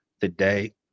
today